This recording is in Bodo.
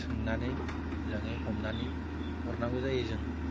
सोंनानै मोजाङै हमनानै हरनांगौ जायो जों